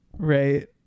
Right